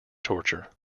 torture